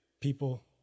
people